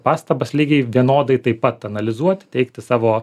pastabas lygiai vienodai taip pat analizuoti teikti savo